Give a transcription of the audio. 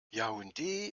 yaoundé